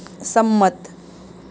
સંમત